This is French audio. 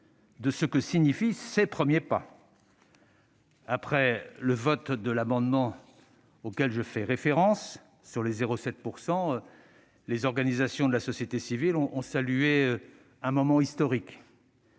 de ce que signifie ce premier pas. Après le vote de l'amendement auquel je fais référence, sur le taux de 0,7 %, les organisations de la société civile ont salué un moment historique.